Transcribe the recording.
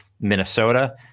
Minnesota